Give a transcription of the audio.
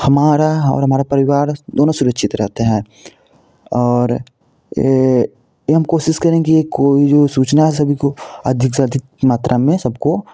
हमारा और हमारा परिवार दोनों सुरक्षित रहते हैं और ये ये हम कोशिश करें की कोई जो सूचना है सभी को अधिक से अधिक मात्रा में सबको